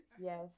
yes